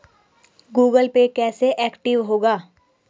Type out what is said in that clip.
Google pay कैसे active होगा?